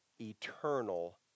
eternal